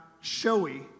showy